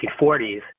1940s